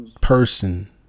person